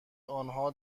آنها